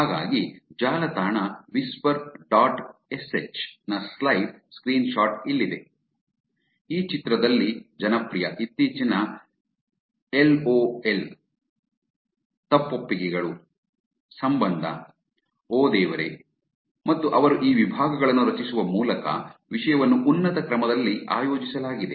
ಹಾಗಾಗಿ ಜಾಲತಾಣ whisper dot sh ನ ಸ್ಲೈಡ್ ಸ್ಕ್ರೀನ್ ಶಾಟ್ ಇಲ್ಲಿದೆ ಈ ಚಿತ್ರದಲ್ಲಿ ಜನಪ್ರಿಯ ಇತ್ತೀಚಿನ ಲಾಲ್ ತಪ್ಪೊಪ್ಪಿಗೆಗಳು ಸಂಬಂಧ ಓ ದೇವರೇ ಮತ್ತು ಅವರು ಈ ವಿಭಾಗಗಳನ್ನು ರಚಿಸುವ ಮೂಲಕ ವಿಷಯವನ್ನು ಉನ್ನತ ಕ್ರಮದಲ್ಲಿ ಆಯೋಜಿಸಲಾಗಿದೆ